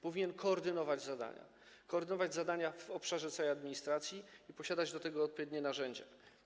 Powinien koordynować zadania, koordynować zadania w obszarze całej administracji i posiadać do tego odpowiednie narzędzia.